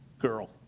girl